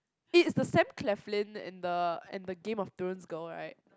it's the Sam-Claflin and the and the Game of Thrones girl right